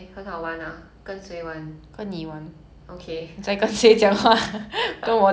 okay 现在什么